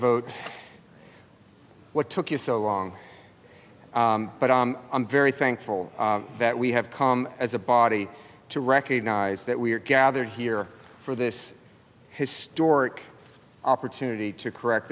vote what took you so long but i'm very thankful that we have come as a body to recognize that we are gathered here for this historic opportunity to correct